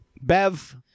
Bev